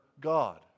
God